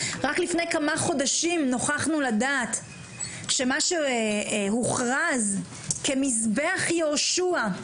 רק לפני כמה חודשים נוכחנו לדעת שמה שהוכרז כמזבח יהושע,